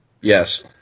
Yes